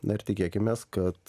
na ir tikėkimės kad